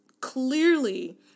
clearly